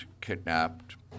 kidnapped